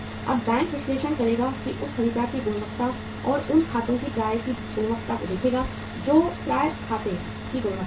अब बैंक विश्लेषण करेगा और उस खरीदार की गुणवत्ता या उन खातों की प्राप्य की गुणवत्ता को देखेगा जो प्राप्य खातों की गुणवत्ता है